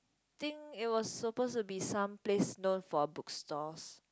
think it was supposed to be some place known for bookstores